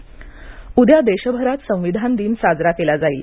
संविधान दिन उद्या देशभरात संविधान दिन साजरा केला जाईल